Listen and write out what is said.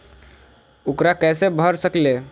ऊकरा कैसे भर सकीले?